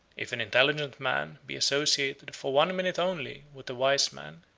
if an intelligent man be associated for one minute only with a wise man,